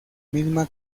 misma